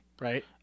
Right